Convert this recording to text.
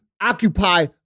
occupy